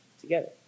together